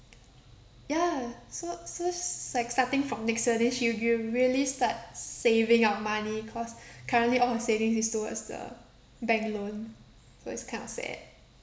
ya so so s~ like starting from next year then she will really start saving up money cause currently all her savings is towards the bank loan so it's kind of sad